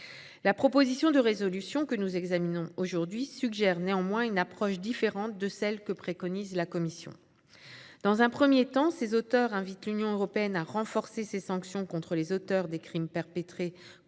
La proposition de résolution que nous examinons aujourd'hui suggère néanmoins une approche différente de celle que préconise la Commission. Dans un premier temps, ses auteurs invitent l'Union européenne à renforcer ses sanctions contre les auteurs des crimes perpétrés contre